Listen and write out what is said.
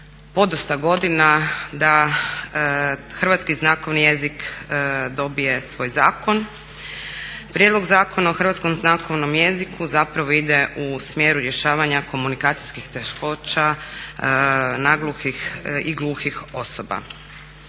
podosta godina da hrvatski znakovni jezik dobije svoj zakon. Prijedlog Zakona o hrvatskom znakovnom jeziku zapravo ide u smjeru rješavanja komunikacijskih teškoća nagluhih i gluhih osoba.